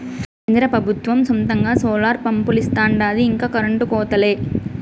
కేంద్ర పెబుత్వం సొంతంగా సోలార్ పంపిలిస్తాండాది ఇక కరెంటు కోతలే